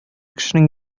кешенең